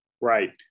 Right